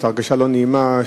הרגשה קצת לא נעימה,